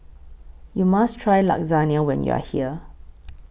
YOU must Try Lasagna when YOU Are here